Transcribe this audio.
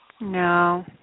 No